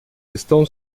estão